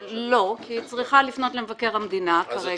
לא, כי היא צריכה לפנות למבקר המדינה כרגע.